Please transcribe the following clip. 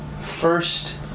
first